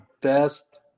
best